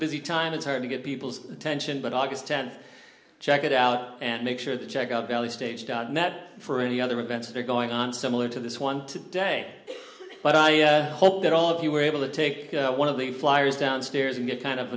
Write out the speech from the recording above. busy time it's hard to get people's attention but august tenth check it out and make sure to check out the early stage dot net for any other events that are going on similar to this one today but i hope that all of you were able to take one of the flyers downstairs and get kind of